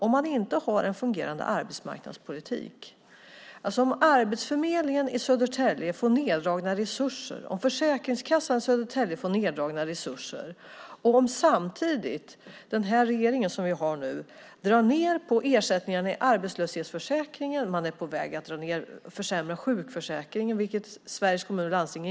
Om man inte har en fungerande arbetsmarknadspolitik, om Arbetsförmedlingen i Södertälje får neddragna resurser, om Försäkringskassan i Södertälje får neddragna resurser och om den regering som vi nu har samtidigt drar ned på ersättningarna i arbetslöshetsförsäkringen innebär det att påfrestningarna i Södertälje kommer att bli större därför att regeringens politik påverkar negativt.